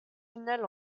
finale